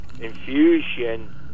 infusion